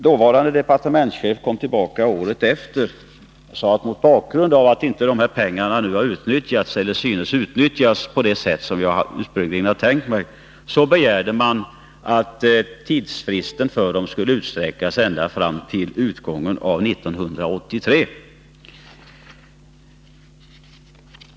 Dåvarande departementschefen kom tillbaka följande år och sade att mot bakgrund av att dessa pengar inte syntes ha utnyttjats på det sätt som han ursprungligen hade tänkt sig, begärde han att tidsfristen för dem skulle utsträckas ända fram till utgången av 1983.